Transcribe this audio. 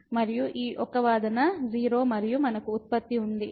మరియు ఈ ఒక వాదన 0 మరియు మనకు ఉత్పత్తి ఉంది